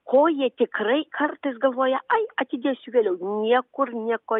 ko jie tikrai kartais galvoja ai atidėsiu vėliau niekur nieko